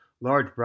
large